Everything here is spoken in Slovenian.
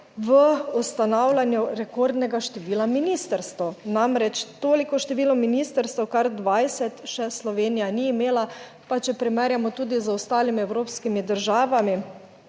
v ustanavljanju rekordnega števila ministrstev. Namreč toliko število ministrstev, kar 20 še Slovenija ni imela. Pa če primerjamo tudi z ostalimi evropskimi državami,